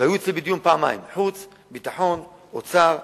והיו אצלי בדיון פעמיים: חוץ, ביטחון, אוצר,